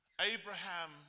Abraham